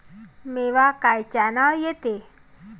मावा कायच्यानं येते?